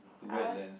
to wear lens